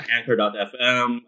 Anchor.fm